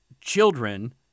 children